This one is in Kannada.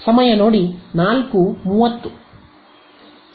ಸಮಯ ನೋಡಿ 0430